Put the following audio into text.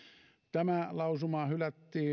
tämä lausuma hylättiin